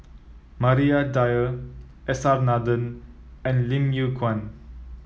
Maria Dyer S R Nathan and Lim Yew Kuan